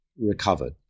recovered